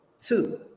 two